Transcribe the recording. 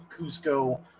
Cusco